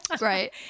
Right